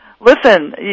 listen